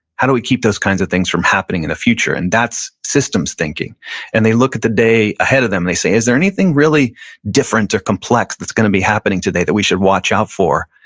how do we keep those kinds of things from happening in the future? and that's systems thinking and they look at the day ahead of them, they say, is there anything really different or complex that's gonna be happening today that we should watch out for?